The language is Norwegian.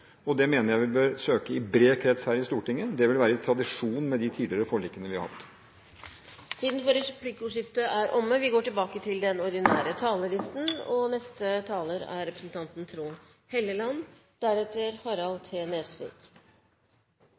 Og det mener jeg vi bør søke i bred krets her i Stortinget, det vil være i tradisjon med de tidligere forlikene vi har hatt. Replikkordskiftet er omme. Norge er et land med samarbeidstradisjoner. Vi er et fredelig land, et land der politikken nyter høy tillit hos folk, og hvor den politiske polariseringen er